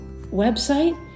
website